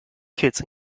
kids